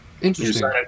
Interesting